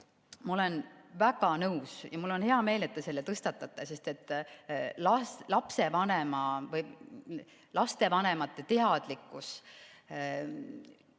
Ma olen väga nõus ja mul on hea meel, et te selle tõstatate, sest lastevanemate teadlikkus